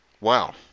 Wow